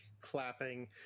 clapping